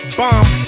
bomb